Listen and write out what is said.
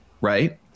right